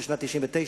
של שנת 1999,